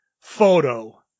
photo